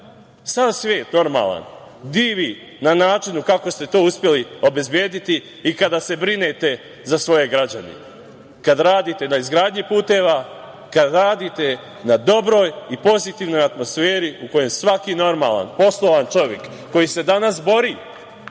sav svet normalan divi na načinu kako ste to uspeli obezbediti i kada se brinete za svoje građane, kada radite na izgradnji puteva, kada radite na dobroj i pozitivnoj atmosferi u kojem svaki normalan poslovan čovek, koji se danas bori